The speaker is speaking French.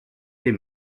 les